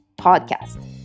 podcast